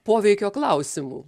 poveikio klausimų